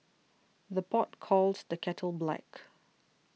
the pot calls the kettle black